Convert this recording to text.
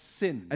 sin